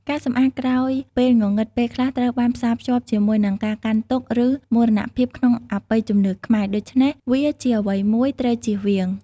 ការសម្អាតក្រោយពេលងងឹតពេលខ្លះត្រូវបានផ្សាភ្ជាប់ជាមួយនឹងការកាន់ទុក្ខឬមរណភាពក្នុងអបិយជំនឿខ្មែរ ដូច្នេះ វាជាអ្វីមួយត្រូវចៀសវាង។